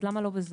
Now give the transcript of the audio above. אז למה לא בזאת?